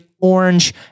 orange